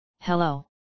Hello